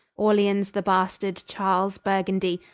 orleance the bastard, charles, burgundie,